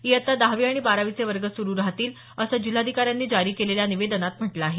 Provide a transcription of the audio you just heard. इयत्ता दहावी आणि बारावीचे वर्ग सुरू राहतील असं जिल्हाधिकार्यांनी जारी केलेल्या निवेदनात म्हटलं आहे